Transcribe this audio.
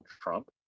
Trump